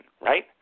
right